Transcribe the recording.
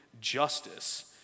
justice